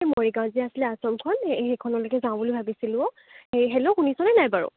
এ মৰিগাঁৱত যে আছিলে আশ্ৰমখন সে সেইখনলৈকে যাওঁ বুলি ভাবিছিলোঁ অ' হেল্ল' শুনিছনে নাই বাৰু